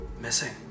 missing